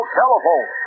telephone